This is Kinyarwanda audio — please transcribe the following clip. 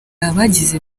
abagize